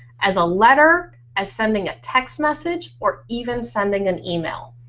as a letter, as sending a text message, or even sending an email.